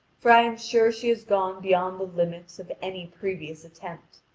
for i am sure she has gone beyond the limits of any previous attempt.